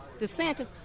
DeSantis